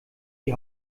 die